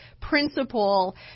principle